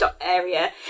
area